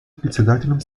председателем